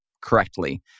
correctly